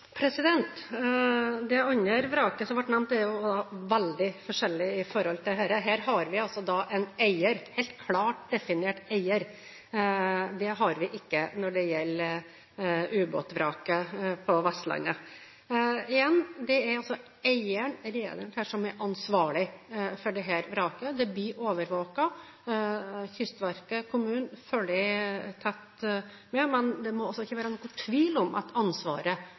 Det andre vraket som ble nevnt, er veldig forskjellig fra dette. Her har vi altså en eier, en helt klart definert eier. Det har vi ikke når det gjelder ubåtvraket på Vestlandet. Igjen: Det er altså eieren, rederen, som er ansvarlig for dette vraket. Det blir overvåket. Kystverket og kommunen følger tett med, men det må ikke være tvil om at ansvaret